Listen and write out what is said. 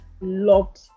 loved